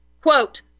Quote